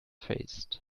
faced